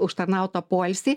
užtarnautą poilsį